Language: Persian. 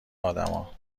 آدما